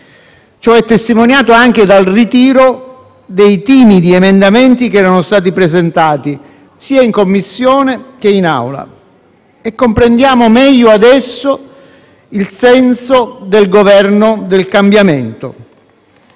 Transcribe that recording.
Ciò è testimoniato anche dal ritiro dei timidi emendamenti che erano stati presentati, sia in Commissione sia in Assemblea, e comprendiamo meglio adesso il senso del Governo del cambiamento.